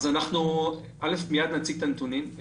מיד נציג את הנתונים,